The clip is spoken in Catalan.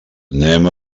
anem